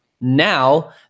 Now